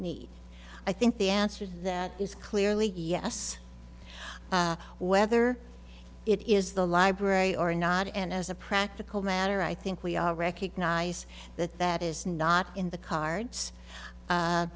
need i think the answer to that is clearly yes whether it is the library or not and as a practical matter i think we all recognize that that is not in the cards